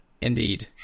Indeed